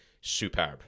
superb